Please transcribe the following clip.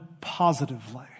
positively